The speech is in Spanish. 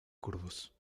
curvos